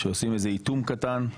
שעושים איזה איטום קטן.